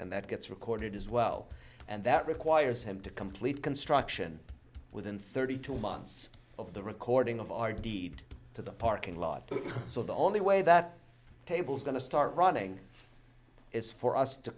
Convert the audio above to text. and that gets recorded as well and that requires him to complete construction within thirty two months of the recording of our deed to the parking lot so the only way that table's going to start running is for us to